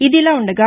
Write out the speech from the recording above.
ఇదిలా ఉండగా